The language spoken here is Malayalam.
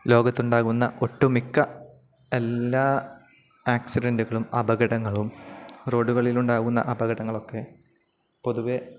ലോകത്തുണ്ടാകുന്ന ഒട്ടുമിക്ക എല്ലാ ആക്സിഡന്റുകളും അപകടങ്ങളും റോഡുകളിലുണ്ടാകുന്ന അപകടങ്ങളൊക്കെ പൊതുവേ